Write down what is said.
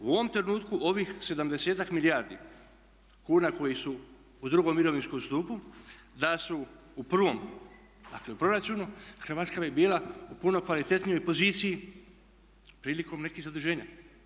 U ovom trenutku ovih sedamdesetak milijardi kuna koji su u drugom mirovinskom stupu da su u prvom, dakle u proračunu Hrvatska bi bila u puno kvalitetnijoj poziciji prilikom nekih zaduženja.